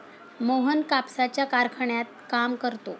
मोहन कापसाच्या कारखान्यात काम करतो